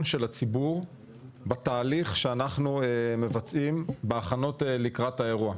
של הציבור בתהליך שאנחנו מבצעים בהכנות לקראת האירוע.